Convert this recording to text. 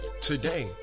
today